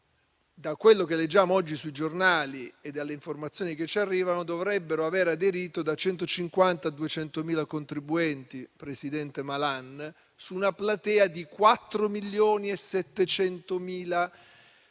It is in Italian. Da quello che leggiamo oggi sui giornali e dalle informazioni che ci arrivano, dovrebbero aver aderito da 150 a 200.000 contribuenti, presidente Malan, su una platea di 4,7 milioni di